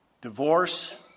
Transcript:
Divorce